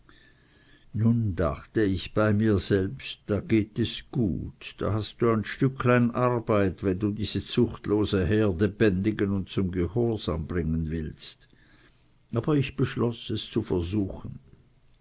nun dachte ich bei mir selbst da geht es gut da hast du ein gut stücklein arbeit wenn du diese zuchtlose herde bändigen und zum gehorsam bringen willst aber ich beschloß es zu versuchen